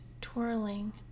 twirling